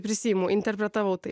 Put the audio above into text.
prisiimu interpretavau tai